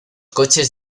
coches